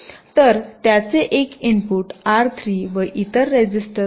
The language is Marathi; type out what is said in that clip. तर त्याचे एक इनपुट आर 3 व इतर रजिस्टर आर 4 मधून येऊ शकते